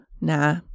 Nah